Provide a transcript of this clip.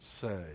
say